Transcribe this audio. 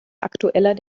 aktueller